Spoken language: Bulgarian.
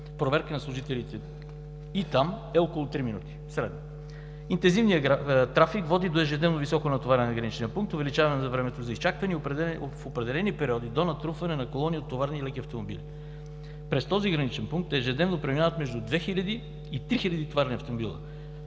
проверка на служителите и там е около три минути. Интензивният трафик води до ежедневно високо натоварване на граничния пункт, увеличаване на времето за изчакване и в определени периоди до натрупване на колони от товарни и леки автомобили. През този граничен пункт ежедневно преминават между 2000 и 3000 товарни автомобила.